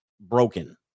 broken